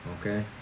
Okay